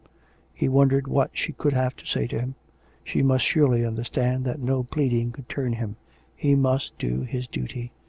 he wondered what she could have to say to him she must surely understand that no pleading could turn him he must do his duty.